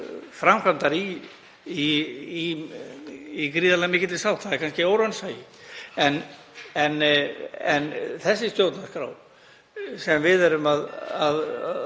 framkvæmdar í gríðarlega mikilli sátt. Það er kannski óraunsæi. En þessi stjórnarskrá sem við tökumst